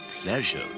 pleasure